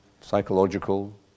psychological